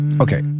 okay